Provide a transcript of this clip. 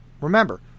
remember